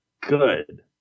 good